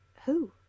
Who